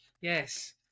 Yes